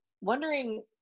wondering